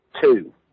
Two